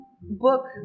book